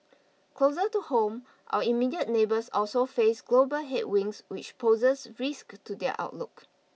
closer to home our immediate neighbours also face global headwinds which poses risks to their outlook